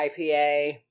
IPA